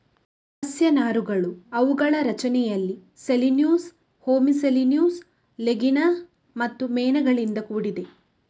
ಸಸ್ಯ ನಾರುಗಳು ಅವುಗಳ ರಚನೆಯಲ್ಲಿ ಸೆಲ್ಯುಲೋಸ್, ಹೆಮಿ ಸೆಲ್ಯುಲೋಸ್, ಲಿಗ್ನಿನ್ ಮತ್ತು ಮೇಣಗಳಿಂದ ಕೂಡಿದೆ